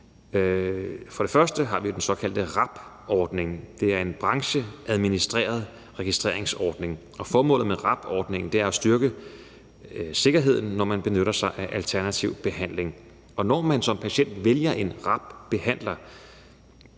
og fremmest har vi den såkaldte RAB-ordning. Det er en brancheadministreret registreringsordning, og formålet med RAB-ordningen er at styrke sikkerheden, når man benytter sig af alternativ behandling. Og når man som patient vælger en RAB-behandler,